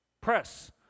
press